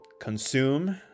consume